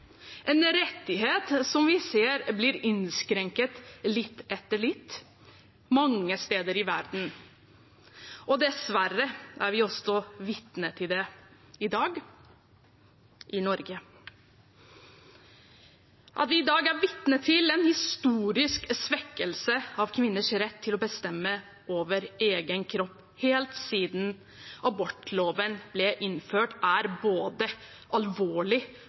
en rettighet som vi ser blir innskrenket litt etter litt mange steder i verden, og dessverre er vi også vitne til det i dag i Norge. At vi i dag er vitne til en historisk svekkelse av kvinners rett til å bestemme over egen kropp, helt siden abortloven ble innført, er både alvorlig